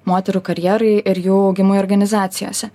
moterų karjerai ir jų augimui organizacijose